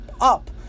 up